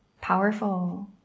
powerful